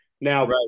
Now